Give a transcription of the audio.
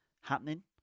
happening